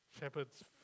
Shepherds